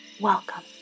welcome